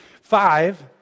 five